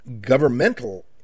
governmental